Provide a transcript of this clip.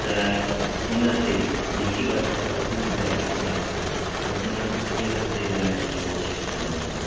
त उन ते जेके बि असांजा पसंदीदा गीत आहिनि सो उन्हनि स्केलनि ते ॻाइण जी कोशिशि कंदो आहियां